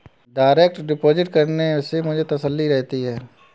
direct deposit करने से मुझे तसल्ली रहती है